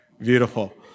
Beautiful